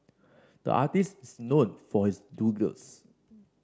the artist is known for his doodles